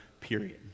period